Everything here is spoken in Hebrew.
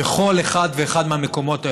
בכל אחד ואחד מהמקומות האלה.